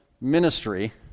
ministry